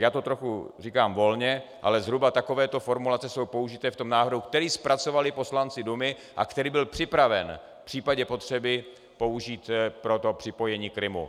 Já to říkám trochu volně, ale zhruba takovéto formulace jsou použity v návrhu, který zpracovali poslanci Dumy a který byl připraven v případě potřeby k použití pro připojení Krymu.